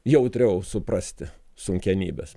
jautriau suprasti sunkenybes